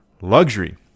luxury